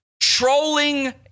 Trolling